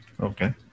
Okay